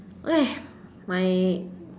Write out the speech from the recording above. okay my